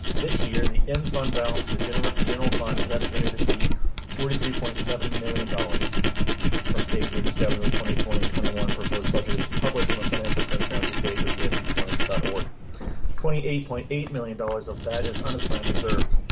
this year the end fund balance with the general general fund is estimated to be forty three point seven million dollars from page eighty seven to twenty. twenty twenty one proposed budget is published on the financial transparency page or the asd twenty dot org twenty eight point. eight million dollars of that is unassigned reserved.